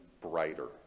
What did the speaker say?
brighter